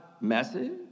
message